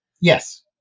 yes